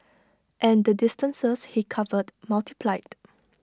and the distances he covered multiplied